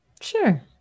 Sure